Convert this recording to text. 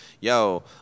yo